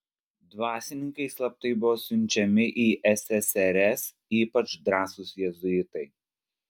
dvasininkai slaptai buvo siunčiami į ssrs ypač drąsūs jėzuitai